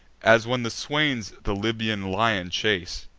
as, when the swains the libyan lion chase,